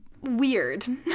Weird